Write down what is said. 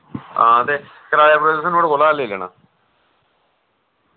हां ते कराया करुया तुसैं नोह्ड़े कोला गै लेई लेना